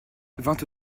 vingt